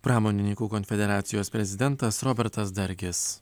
pramonininkų konfederacijos prezidentas robertas dargis